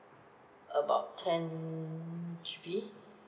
about ten G_B